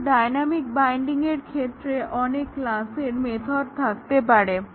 কিন্তু ডায়নামিক বাইন্ডিংয়ের ক্ষেত্রে অনেক ক্লাসের মেথড থাকতে পারে